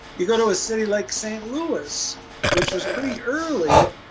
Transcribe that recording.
you go to a city like st. louis which was pretty early